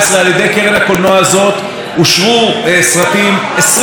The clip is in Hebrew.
ו-28% מהסרטים האלה נעשו על ידי נשים,